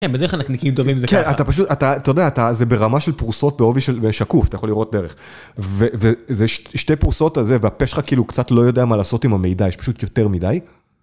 בדרך כלל אנחנו ניקים טובים, זה ככה. אתה פשוט, אתה יודע, זה ברמה של פורסות ברובי של שקוף, אתה יכול לראות דרך. וזה שתי פורסות הזה והפשחה כאילו קצת לא יודע מה לעשות עם המידע, יש פשוט יותר מדי.